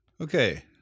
Okay